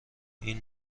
این